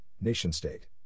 nation-state